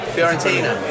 Fiorentina